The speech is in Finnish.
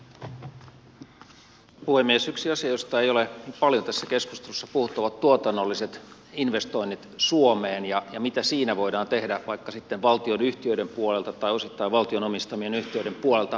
yksi asia josta ei ole paljon tässä keskustelussa puhuttu ovat tuotannolliset investoinnit suomeen ja se mitä siinä voidaan tehdä vaikka sitten valtionyhtiöiden puolelta tai valtion osittain omistamien yhtiöiden puolelta